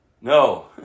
No